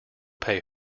pay